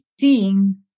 seeing